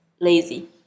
lazy